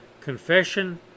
confession